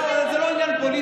לא, אתה, זה לא עניין פוליטי.